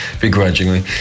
begrudgingly